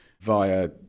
via